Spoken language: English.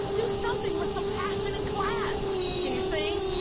do something with some passion and class. can you sing?